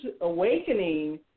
awakening